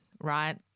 right